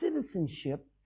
citizenship